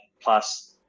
Plus